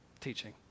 teaching